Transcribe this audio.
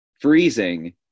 freezing